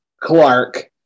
Clark